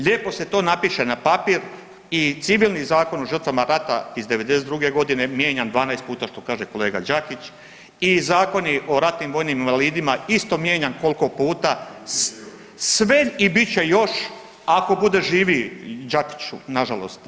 Lijepo se to napiše na papir i civilni Zakon o žrtvama rata iz '92. g. mijenjan 12 puta, što kaže kolega Đakić i zakoni o ratnim vojnim invalidima, isto mijenjan koliko puta, sve i bit će još, ako bude živih, Đakiću, nažalost.